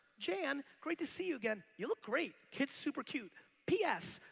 jan, great to see you again. you look great. kid's super cute. p s.